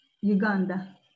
Uganda